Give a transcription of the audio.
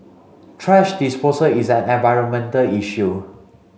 thrash disposal is an environmental issue